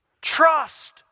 trust